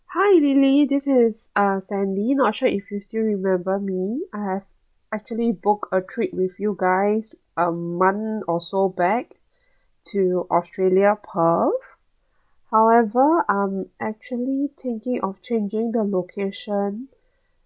hi lily this is uh sandy not sure if you still remember me I have actually book a trip with you guys a month or so back to australia perth however I'm actually thinking of changing the location